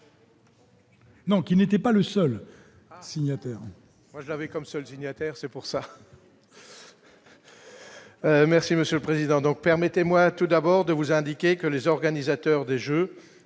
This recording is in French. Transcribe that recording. Donc, il n'était pas le seul. Signataire. Moi, j'avais comme seul signataire, c'est pour ça. Merci Monsieur le Président, donc permettez-moi tout d'abord de vous indiquer que les organisateurs des Jeux,